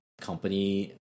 company